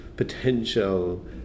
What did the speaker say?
Potential